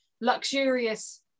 luxurious